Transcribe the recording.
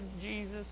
Jesus